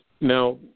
Now